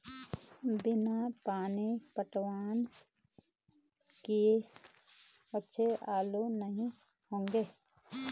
बिना पानी पटवन किए अच्छे आलू नही होंगे